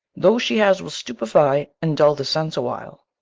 those she has will stupefy and dull the sense awhile,